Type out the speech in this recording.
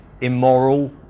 Immoral